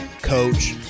Coach